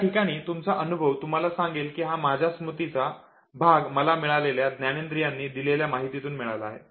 या ठिकाणी तुमचा अनुभव तुम्हाला सांगेल की हा माझ्या स्मृतीचा भाग मला मिळालेल्या ज्ञानेन्द्रियांनी दिलेल्या माहितीतून मिळाला आहे